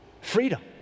freedom